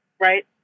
right